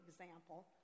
example